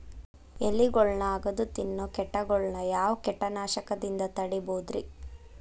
ಎಲಿಗೊಳ್ನ ಅಗದು ತಿನ್ನೋ ಕೇಟಗೊಳ್ನ ಯಾವ ಕೇಟನಾಶಕದಿಂದ ತಡಿಬೋದ್ ರಿ?